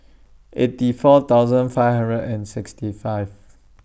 eighty four thousand five hundred and sixty five